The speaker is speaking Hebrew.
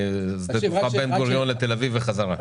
משדה התעופה בן גוריון לתל אביב וחזרה.